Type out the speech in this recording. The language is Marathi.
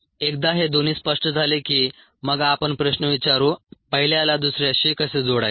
एकदा हे दोन्ही स्पष्ट झाले की मग आपण प्रश्न विचारू पहिल्याला दुसऱ्याशी कसे जोडायचे